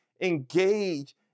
engage